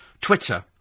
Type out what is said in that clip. Twitter